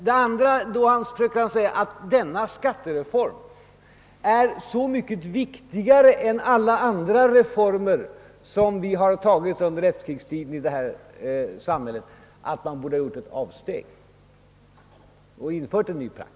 Men sedan sade herr Holmberg att denna skattereform är så mycket viktigare än alla andra reformer, som vi har beslutat om under efterkrigstiden, att vi borde ha gjort ett avsteg i dag och infört en ny praxis.